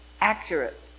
accurate